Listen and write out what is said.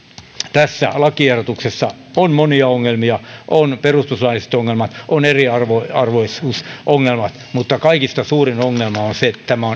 tässä lakiehdotuksessa on monia ongelmia on perustuslailliset ongelmat on eriarvoisuusongelmat mutta kaikista suurin ongelma on se että tämä